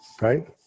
right